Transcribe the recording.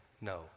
No